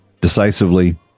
decisively